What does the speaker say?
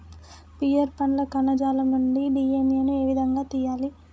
Pear పండ్ల కణజాలం నుండి డి.ఎన్.ఎ ను ఏ విధంగా తియ్యాలి?